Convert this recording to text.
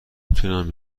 تونم